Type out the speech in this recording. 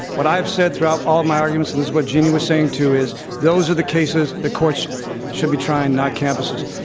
what i have said throughout all my arguments, and this is what jeannie was saying, too is those are the cases the courts should be trying, not campuses.